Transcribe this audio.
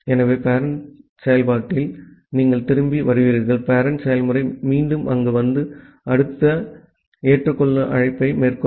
ஆகவே பேரெண்ட் செயல்பாட்டில் நீங்கள் திரும்பி வருவீர்கள் பேரெண்ட் செயல்முறை மீண்டும் இங்கு வந்து அடுத்த ஏற்றுக்கொள்ள அழைப்பை மேற்கொள்ளும்